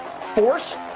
force